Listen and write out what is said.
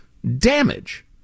Damage